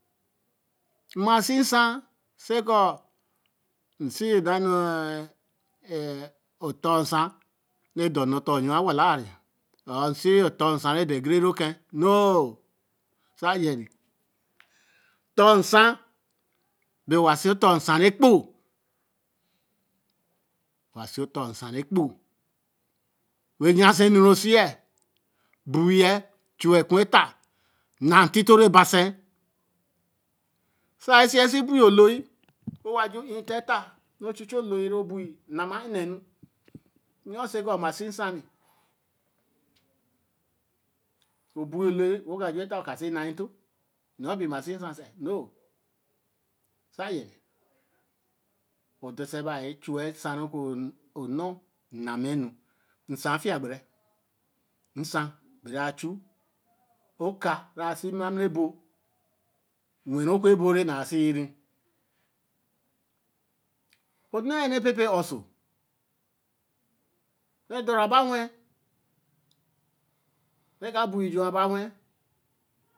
Mm̄a se nsan koo nse na ru oton nsan re do o nu dor eyoo wa lare o se otton nsan e dor egere re oke noo sa yen re, tor nsan be wa se tor nsan be wa se tor nsan re kpo, wa se otor nsan re kpo, wo yen se enure se ye. bur yen chuwa ku efa, na ntito re ba-se so a-ō se-ar se buu-e o looyi wen wa ju e te etta, ro chu loo yi ru buyi nama e nēe nu yor se be koo ma se nsan re, buyi olooyi wenju etta kōo ka se na nto no, sa yenre, odu se ba o chu wa nsan ro ku nno na m̄me nu nsan a fiya gbere, nsan ba ra chu oka rase mara mara ebur wen ru ō ku bur rene se yi but na yen re ipe-pe o oso wen dore ba wen-l, wen ka bur jon ra ba we-n.